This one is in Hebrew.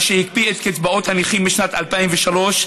מה שהקפיא את קצבאות הנכים משנת 2003,